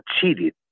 cheated